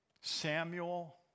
Samuel